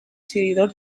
seguidor